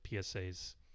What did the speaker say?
PSA's